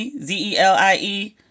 z-e-l-i-e